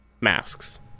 masks